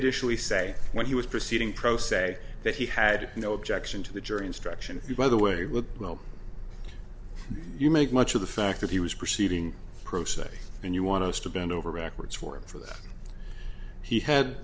additionally say when he was proceeding pro se that he had no objection to the jury instruction by the way with well you make much of the fact that he was proceeding pro se and you want to bend over backwards for him for that he had